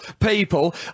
people